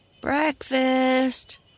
Breakfast